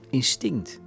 instinct